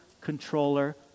controller